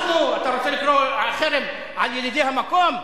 אנחנו, אתה רוצה לקרוא לחרם על ילידי המקום?